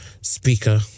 Speaker